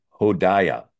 Hodaya